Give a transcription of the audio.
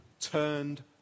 turned